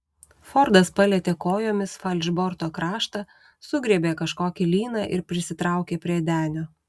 fordas palietė kojomis falšborto kraštą sugriebė kažkokį lyną ir prisitraukė prie denio